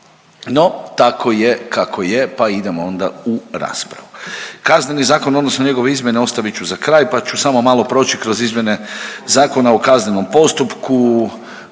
No, tako je kako je pa idemo onda u raspravu. Kazneni zakon u odnosu na njegove izmjene ostavit ću za kraj pa ću samo malo proći kroz izmjene Zakona o kaznenom postupku